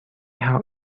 how